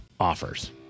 offers